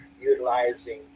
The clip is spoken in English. utilizing